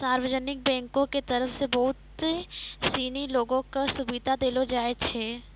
सार्वजनिक बैंको के तरफ से बहुते सिनी लोगो क सुविधा देलो जाय छै